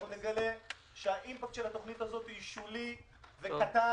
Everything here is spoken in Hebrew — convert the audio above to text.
אנחנו נגלה שהאימפקט של התוכנית הוא שולי וקטן.